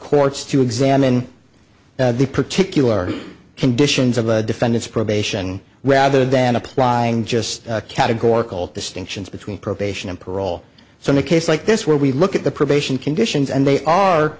courts to examine the particular conditions of the defendant's probation rather than applying just categorical distinctions between probation and parole so in a case like this where we look at the probation conditions and they are